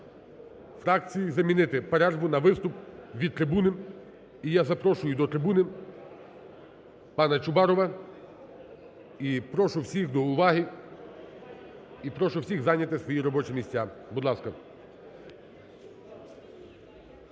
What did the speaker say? фракції замінити перерву на виступ від трибуни. І я запрошую до трибуни пана Чубарова, і прошу всіх до уваги, і прошу всіх зайняти свої робочі місця. Будь ласка.